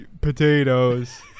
Potatoes